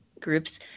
groups